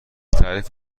تعریف